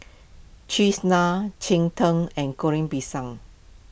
Cheese Naan Cheng Tng and Goreng Pisang